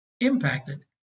impacted